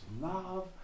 love